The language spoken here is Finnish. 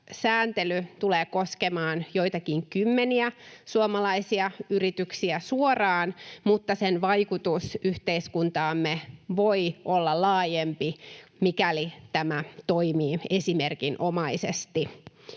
sääntely tulee koskemaan joitakin kymmeniä suomalaisia yrityksiä suoraan, mutta sen vaikutus yhteiskuntaamme voi olla laajempi, mikäli tämä toimii esimerkinomaisesti,